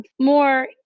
more